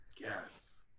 Yes